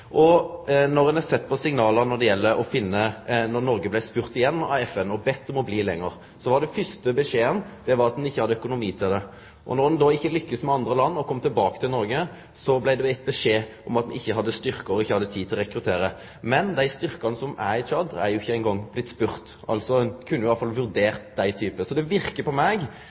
Noreg blei spurt igjen av FN, og ein blei bedt om å bli lenger, var den første beskjeden at ein ikkje hadde økonomi til det. Når ein då ikkje lykkast med andre land og kom tilbake til Noreg, blei det gitt beskjed om at ein ikkje hadde styrkar og ikkje tid til å rekruttere. Men dei styrkane som er i Tsjad, er ikkje ein gong blitt spurde – ein kunne iallfall ha vurdert dei. Så det verkar på meg